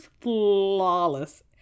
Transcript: flawless